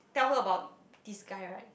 tell her about this guy right